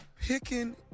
picking